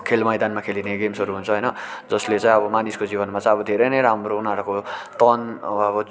खेल मैदानमा खेलिने गेम्सहरू हुन्छ होइन न जस्ले चाहिँ अब मानिसको जीवनमा चाहिँ अब धेरै नै राम्रो उनीहरूको तन अब अब